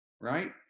right